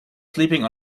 sleeping